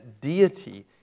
deity